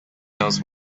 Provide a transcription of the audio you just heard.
knows